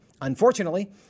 Unfortunately